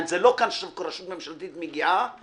זה לא שכל רשות ממשלתית מגיעה לכאן,